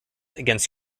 against